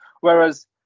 whereas